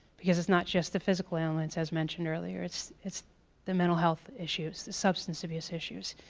because it's not just the physical element, as mentioned earlier, it's it's the mental health issues the substance abuse issues.